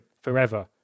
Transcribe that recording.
forever